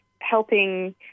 helping